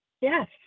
Yes